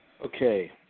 Okay